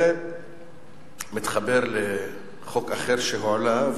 זה מתחבר לחוק אחר שהועלה,